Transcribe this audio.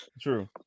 true